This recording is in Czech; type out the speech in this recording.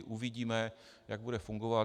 Uvidíme, jak bude fungovat.